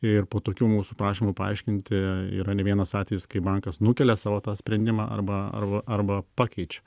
ir po tokių mūsų prašymų paaiškinti yra ne vienas atvejis kai bankas nukelia savo tą sprendimą arba arba arba pakeičia